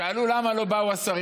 שאלו: למה לא באו השרים?